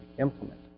implement